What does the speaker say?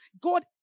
God